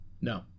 No